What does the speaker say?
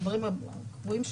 הדברים קבועים שם.